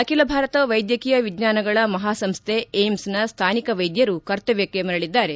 ಅಖಿಲ ಭಾರತ ವೈದ್ಯಕೀಯ ವಿಜ್ಞಾನಗಳ ಮಹಾಸಂಸ್ಥೆ ಎಐಐಎಂಎಸ್ನ ಸ್ಥಾನಿಕ ವೈದ್ಯರು ಕರ್ತವ್ಯಕ್ಕೆ ಮರಳಿದ್ದಾರೆ